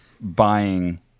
buying